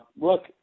Look